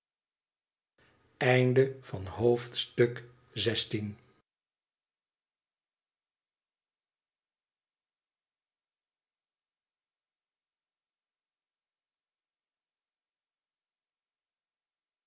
van de zestien